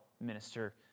minister